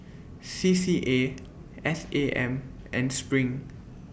C C A S A M and SPRING